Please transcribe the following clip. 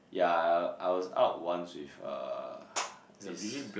yeah I I was out once with uh this